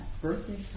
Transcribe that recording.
birthday